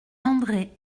andré